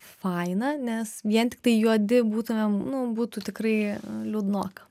faina nes vien tiktai juodi būtumėm nu būtų tikrai liūdnoka